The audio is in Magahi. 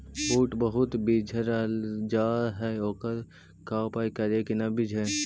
बुट बहुत बिजझ जा हे ओकर का उपाय करियै कि न बिजझे?